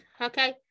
Okay